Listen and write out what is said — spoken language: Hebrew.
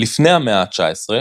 לפני המאה ה-19,